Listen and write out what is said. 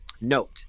Note